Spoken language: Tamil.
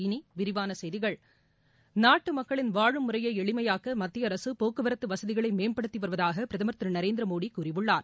இனி விரிவான செய்திகள் நாட்டு மக்களின் வாழும் முறையை எளிமையாக்க மத்திய அரசு போக்குவரத்து வசதிகளை மேம்படுத்தி வருவதாக பிரதமர் திரு நரேந்திரமோடி கூறியுள்ளார்